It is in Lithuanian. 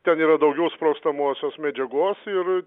ten yra daugiau sprogstamosios medžiagos ir